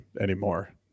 anymore